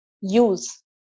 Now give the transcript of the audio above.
use